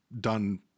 done